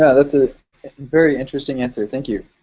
yeah that's a very interesting answer, thank you.